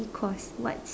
course what's